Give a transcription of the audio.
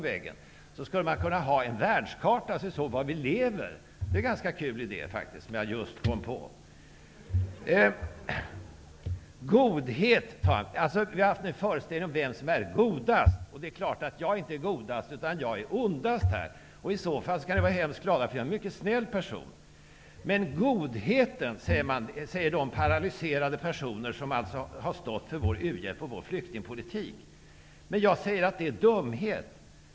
Man skulle kunna ha en världskarta, så att vi såg var vi lever. Det är en ganska kul idé, som jag just kom på. Vi har haft en föreställning om vem som är godast. Det är klart att jag inte är godast, jag är ondast här. I så fall skall ni vara hemskt glada, för jag är en mycket snäll person. Godheten talar de paralyserade personer om som har stått för vår uhjälp och vår flyktingpolitik. Men jag säger att det är dumhet.